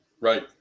Right